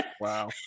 wow